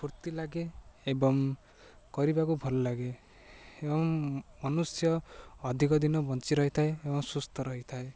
ଫୁର୍ତ୍ତି ଲାଗେ ଏବଂ କରିବାକୁ ଭଲ ଲାଗେ ଏବଂ ମନୁଷ୍ୟ ଅଧିକ ଦିନ ବଞ୍ଚି ରହିଥାଏ ଏବଂ ସୁସ୍ଥ ରହିଥାଏ